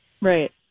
Right